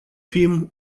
fim